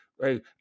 right